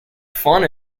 fun